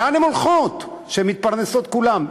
לאן הן הולכות, שהן מתפרנסות כולן?